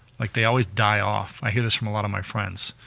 like, they always die off. i hear this from a lot of my friends,